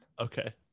Okay